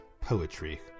Poetry